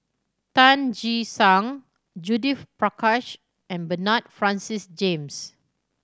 Tan Che Sang Judith Prakash and Bernard Francis James